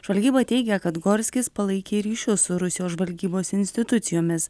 žvalgyba teigia kad gorskis palaikė ryšius su rusijos žvalgybos institucijomis